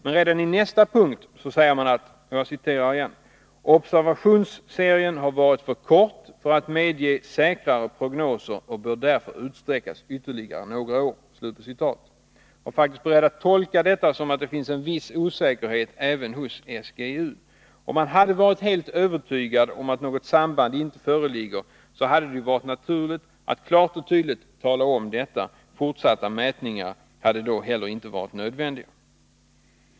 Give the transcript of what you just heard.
Men redan i nästa punkt säger man: ”Observationsserien har varit för kort för att medge säkrare prognoser och bör därför utsträckas ytterligare några år.” Jag är faktiskt beredd att tolka detta som att det finns en viss osäkerhet även hos SGU. Om man hade varit helt övertygad om att något sådant samband inte föreligger, så hade det ju varit naturligt att klart och tydligt tala om detta. Fortsatta mätningar hade då heller inte varit nödvändiga.